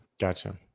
Gotcha